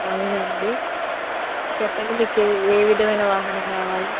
అవునండి చెప్పండి మీకు ఏ ఏ విధమైన వాహనం కావాలి